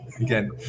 again